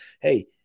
Hey